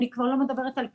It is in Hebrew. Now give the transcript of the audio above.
אני כבר לא מדברת על קידום,